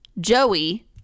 joey